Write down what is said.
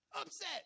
upset